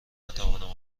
نتوانم